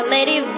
Lady